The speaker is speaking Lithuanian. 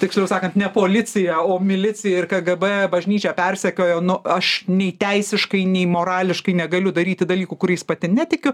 tiksliau sakan ne policija o milicija ir kgb bažnyčią persekiojo nu aš nei teisiškai nei morališkai negaliu daryti dalykų kuriais pati netikiu